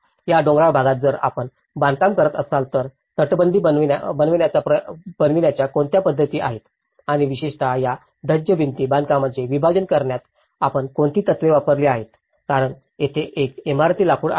या डोंगराळ भागात जर आपण बांधकाम करत असाल तर तटबंदी बनवण्याच्या कोणत्या पद्धती आहेत आणि विशेषत या धज्ज भिंत बांधकामाचे विभाजन करण्यात आपण कोणती तत्त्वे वापरली आहेत कारण तेथे एक इमारती लाकूड आहेत